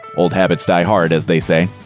old habits die hard, as they say.